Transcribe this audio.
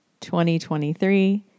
2023